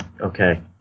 Okay